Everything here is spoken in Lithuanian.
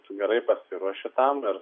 tu gerai pasiruoši tam ir